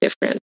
different